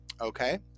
Okay